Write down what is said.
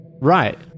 right